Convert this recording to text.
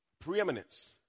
Preeminence